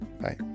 Bye